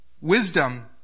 Wisdom